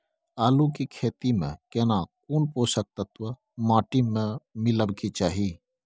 आलू के खेती में केना कोन पोषक तत्व माटी में मिलब के चाही?